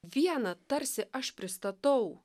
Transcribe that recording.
viena tarsi aš pristatau